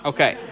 Okay